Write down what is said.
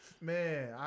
Man